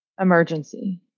emergency